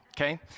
okay